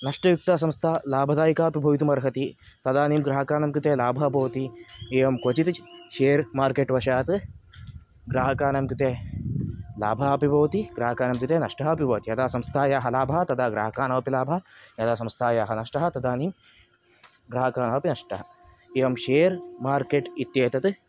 नष्टयुक्ता संस्था लाभदायिका अपि भवितुम् अर्हति तदानीं ग्राहकाणां कृते लाभः भवति एवं क्वचित् शेर्मार्केट्वशात् ग्राहकाणां कृते लाभः अपि भवति ग्राहकाणां कृते नष्टः अपि भवति यदा संस्थायाः लाभः तदा ग्राहकाणां अपि लाभः यदा संस्थायाः नष्टः तदानीं ग्राहकाणाम् अपि नष्टः एवं शेर् मार्केट् इत्येतत्